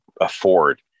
afford